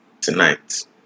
tonight